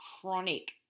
chronic